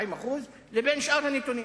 40%, לבין שאר הנתונים.